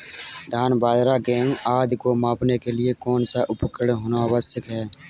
धान बाजरा गेहूँ आदि को मापने के लिए कौन सा उपकरण होना आवश्यक है?